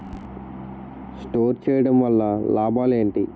Store చేయడం వల్ల లాభాలు ఏంటి?